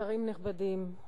שרים נכבדים,